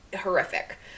horrific